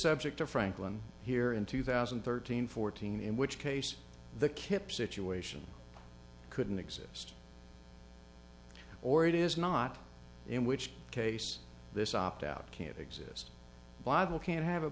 subject to franklin here in two thousand and thirteen fourteen in which case the qip situation couldn't exist or it is not in which case this opt out can't exist by the can't have it